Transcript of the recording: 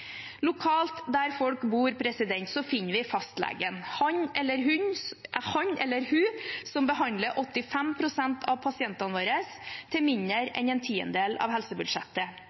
Lokalt, der folk bor, finner vi fastlegen – han eller hun, som behandler 85 pst. av pasientene våre til mindre enn en tiendedel av helsebudsjettet.